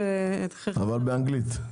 אבל באנגלית.